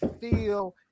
feel